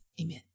Amen